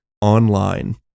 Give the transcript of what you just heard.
online